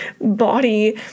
body